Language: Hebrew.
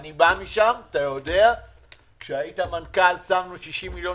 אתה יודע שכשהיית מנכ"ל שמנו 60 מיליון